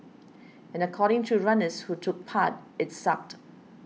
and according to runners who took part its sucked